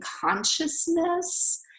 consciousness